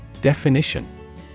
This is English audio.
Definition